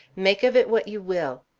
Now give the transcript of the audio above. make of it what you will.